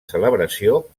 celebració